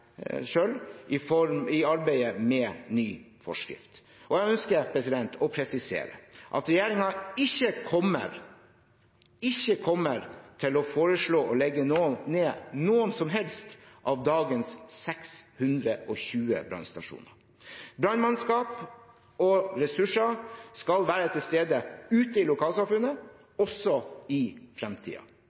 i arbeidet med ny forskrift. Jeg ønsker å presisere at regjeringen ikke kommer til å foreslå å legge ned noen som helst av dagens 620 brannstasjoner. Brannmannskap og ressurser skal være til stede ute i lokalsamfunnet også i